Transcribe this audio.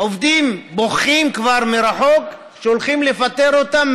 עובדים בוכים כבר מרחוק על שהולכים לפטר אותם,